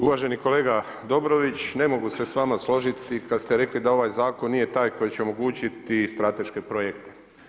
Uvaženi kolega Dobrović, ne mogu se sa vama složiti kad ste rekli da ovaj zakon nije taj koji će omogućiti strateške projekte.